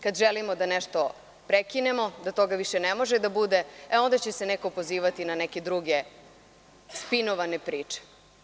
Kada želimo da nešto prekinemo, da toga više ne može da bude, e onda će se neko pozivati na neke druge spinovane priče.